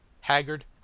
haggard